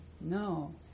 No